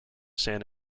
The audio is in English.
san